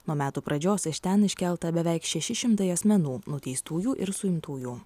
nuo metų pradžios iš ten iškelta beveik šeši šimtai asmenų nuteistųjų ir suimtųjų